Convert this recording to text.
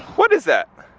what is that?